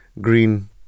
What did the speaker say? green